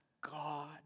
God